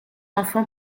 enfant